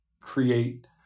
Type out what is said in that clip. create